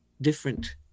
different